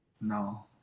No